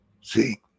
See